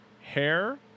hair